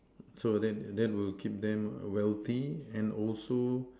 so that that will keep them wealthy and also